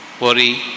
worry